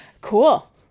Cool